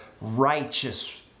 righteous